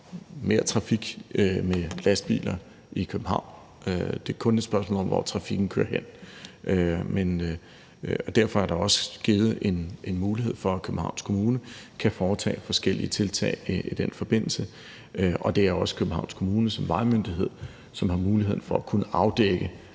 kommer mere trafik med lastbiler i København – det er kun et spørgsmål om, hvor trafikken kører hen. Derfor er der også givet en mulighed for, at Københavns Kommune kan foretage forskellige tiltag i den forbindelse, og det er også Københavns Kommune som vejmyndighed, som har mulighed for at kunne afdække